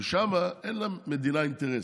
ושם אין למדינה אינטרס.